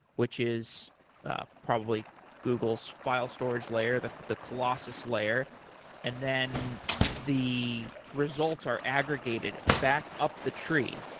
which is probably google's file storage layer, the the colossus layer and then the results are aggregated back up the tree,